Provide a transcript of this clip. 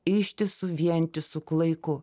ištisu vientisu klaiku